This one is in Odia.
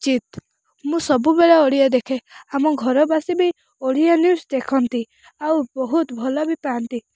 ଉଚିତ ମୁଁ ସବୁବେଳେ ଓଡ଼ିଆ ଦେଖେ ଆମ ଘର ବାସି ବି ଓଡ଼ିଆ ନିୟୁଜ ଦେଖନ୍ତି ଆଉ ବହୁତ ଭଲ ବି ପାଆନ୍ତି